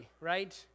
right